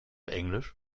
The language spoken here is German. englisch